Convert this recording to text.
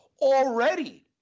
already